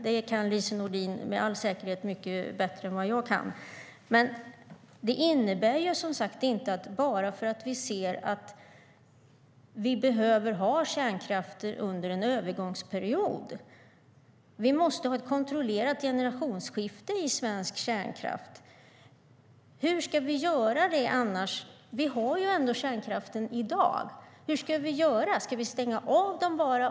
Det kan Lise Nordin med all säkerhet mycket bättre än vad jag kan. Men vi ser att vi behöver ha kärnkraften under en övergångsperiod. Vi måste ha ett kontrollerat generationsskifte i svensk kärnkraft. Hur ska vi göra annars? Vi har ju kärnkraften i dag. Hur ska vi göra? Ska vi stänga av den?